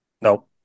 No